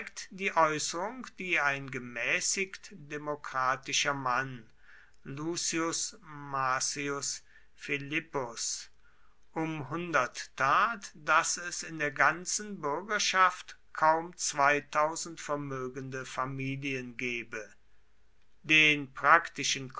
die äußerung die ein gemäßigt demokratischer mann lucius marcius philippus um tat daß es in der ganzen bürgerschaft kaum vermögende familien gebe den praktischen